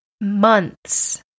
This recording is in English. Months